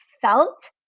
felt